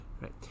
right